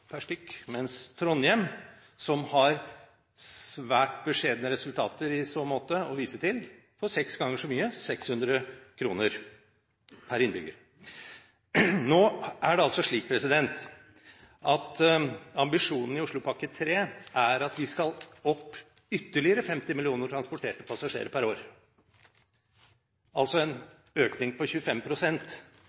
mens Trondheim, som har svært beskjedne resultater å vise til i så måte, får seks ganger så mye, 600 kr per innbygger. Nå er det slik at ambisjonene i Oslopakke 3 er at vi skal opp med ytterligere 50 millioner transporterte passasjerer per år, altså en økning på